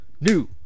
new